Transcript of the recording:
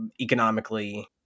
economically